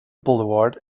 boulevard